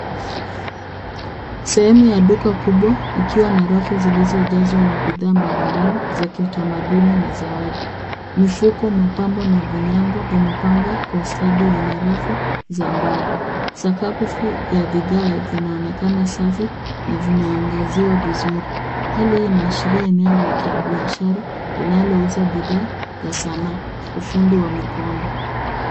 Sehemu ya duka kubwa ikiwa na rafu zilizojazwa na bidhaa mbali mbali za kiutamaduni na zawadi. Mifuko ,mapambo na vinyago vimepangwa kwa ustadi kwenye rafu za mbao. Sakafu ya vigae vinaonekana safi na vimeangaziwa vizuri. Hali hii inaashiria eneo la kibiashara linalouza bidhaa ya sanaa ufundi wa mikono.